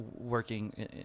working